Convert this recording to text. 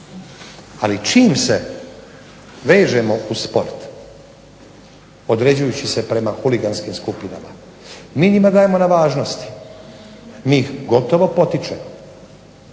Ali čim se vežemo uz sport određujući se prema huliganskim skupinama, mi njima dajemo na važnosti, mi ih gotovo potičemo.